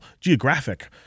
geographic